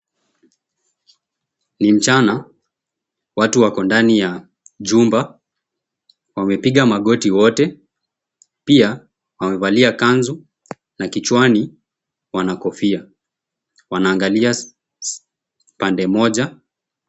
Ni mchana watu wako ndani ya jumba wamepiga magoti wote pia wamevalia kanzu na kichwani wanakofia wanaangalia pande moja.